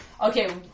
Okay